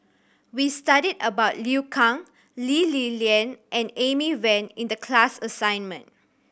we studied about Liu Kang Lee Li Lian and Amy Van in the class assignment